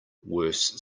worse